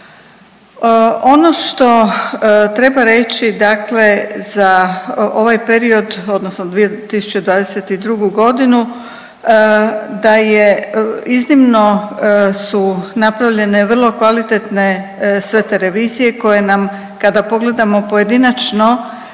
Ono što treba reći dakle za ovaj period odnosno 2022. godinu da je iznimno su napravljene vrlo kvalitetne sve te revizije koje nam kada pogledamo pojedinačno